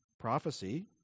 Prophecy